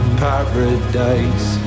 paradise